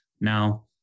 Now